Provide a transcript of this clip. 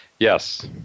Yes